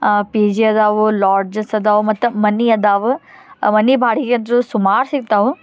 P G ಅದಾವು lodges ಅದಾವ ಮತ್ತು ಮನೆ ಅದಾವ ಮನೆ ಬಾಡಿಗೆ ಅಂತ್ರು ಸುಮಾರು ಸಿಗ್ತಾವ